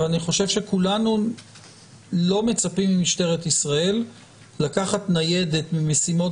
אני חושב שכולנו לא מצפים ממשטרת ישראל לקחת ניידת ממשימות